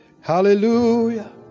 Hallelujah